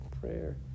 prayer